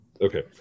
Okay